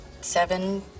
seven